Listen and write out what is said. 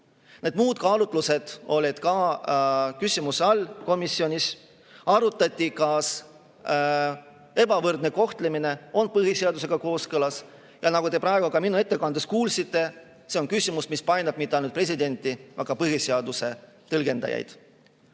Need muud kaalutlused olid küsimuse all ka komisjonis. Arutati, kas ebavõrdne kohtlemine on põhiseadusega kooskõlas. Ja nagu te praegu ka minu ettekandest kuulsite, see on küsimus, mis ei paina mitte ainult presidenti, vaid painab ka põhiseaduse tõlgendajaid.